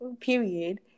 period